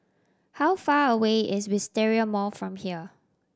how far away is Wisteria Mall from here